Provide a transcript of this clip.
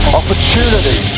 opportunity